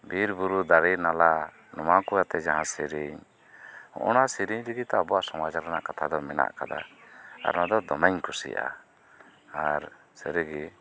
ᱵᱤᱨ ᱵᱩᱨᱩ ᱫᱟᱨᱤ ᱱᱟᱞᱟ ᱱᱚᱣᱟᱠᱩ ᱟᱛᱮ ᱡᱟᱦᱟᱸ ᱥᱤᱨᱤᱧ ᱦᱚᱜᱚᱱᱟ ᱥᱤᱨᱤᱧ ᱛᱤᱜᱤᱛᱚ ᱟᱵᱩᱣᱟᱜ ᱥᱚᱢᱟᱡ ᱨᱮᱱᱟᱜ ᱠᱟᱛᱷᱟ ᱫᱚ ᱢᱮᱱᱟᱜ ᱟᱠᱟᱫᱟ ᱟᱨ ᱱᱚᱣᱟᱫᱚ ᱫᱚᱢᱮᱧ ᱠᱩᱥᱤᱭᱟᱜᱼᱟ ᱟᱨ ᱥᱟᱹᱨᱤᱜᱤ